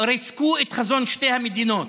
ריסקו את חזון שתי המדינות.